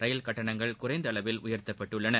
ரயில்கட்டணங்கள் குறைந்தஅளவில் உயர்த்தப்பட்டுள்ளன